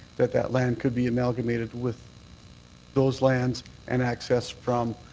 that that land could be um algamated with those lands and accessed from